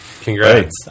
Congrats